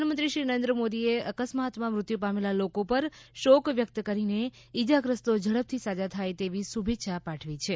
પ્રધાનમંત્રી શ્રી નરેન્ન્્ મોદીએ અકસ્માતમાં મૃત્યુ પામેલા લોકો પર શોક વ્યકત કરીને ઇજાગ્રસ્તો ઝડપથી સાજા થાય તેવી શુભેચ્છા પાઠવી છે